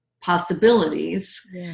possibilities